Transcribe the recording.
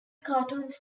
cartoons